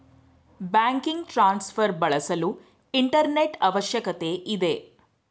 banking transfer ಬಳಸಲು internet ಅವಶ್ಯಕತೆ ಇದೆ